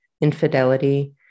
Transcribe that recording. infidelity